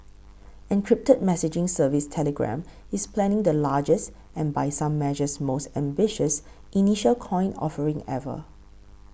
encrypted messaging service telegram is planning the largest and by some measures most ambitious initial coin offering ever